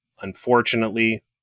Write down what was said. Unfortunately